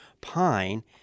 Pine